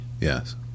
yes